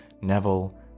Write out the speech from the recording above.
Neville